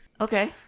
okay